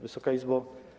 Wysoka Izbo!